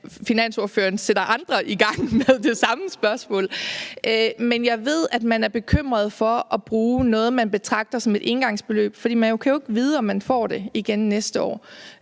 finansordføreren sætter andre i gang med det samme spørgsmål, at jeg ved, at man er bekymret for at bruge noget, man betragter som et engangsbeløb, fordi man jo ikke kan vide, om man får det igen næste år,